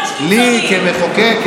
כמחוקק,